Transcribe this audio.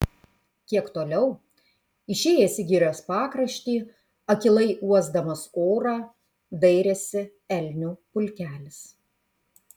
kiek toliau išėjęs į girios pakraštį akylai uosdamas orą dairėsi elnių pulkelis